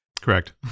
Correct